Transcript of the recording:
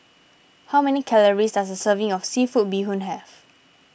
how many calories does a serving of Seafood Bee Hoon have